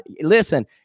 listen